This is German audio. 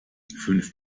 fünf